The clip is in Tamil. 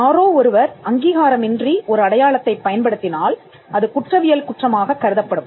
யாரோ ஒருவர் அங்கீகாரமின்றி ஒரு அடையாளத்தை பயன்படுத்தினால் அது குற்றவியல் குற்றமாகக் கருதப்படும்